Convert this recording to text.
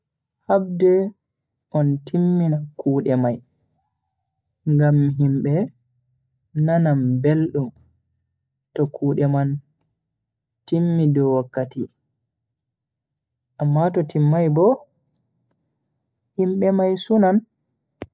Habde on timmina kuude mai ngam himbe nanan beldumto kude mai timmi dow wakkati, amma to timmai bo, himbe man sunan.